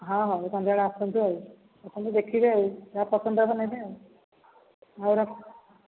ହଁ ହଉ ସନ୍ଧ୍ୟାବେଳେ ଆସନ୍ତୁ ଆଉ ଆସନ୍ତୁ ଦେଖିବେ ଆଉ ଯାହା ପସନ୍ଦ ହେବ ନେବେ ଆଉ ହଉ ରଖୁଛି